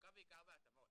עסוקה בעיקר בהתאמות.